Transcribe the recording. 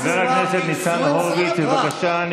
חבר הכנסת ניצן הורוביץ, בבקשה.